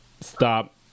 stop